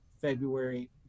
February